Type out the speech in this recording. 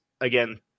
Again